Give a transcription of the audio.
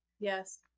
Yes